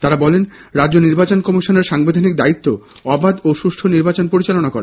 তাঁরা বলেন রাজ্য নির্বাচন কমিশনের সাংবিধানিক দায়িত্ব অবাধ ও সুষ্ঠু নির্বাচন পরিচালনা করা